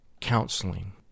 counseling